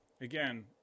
again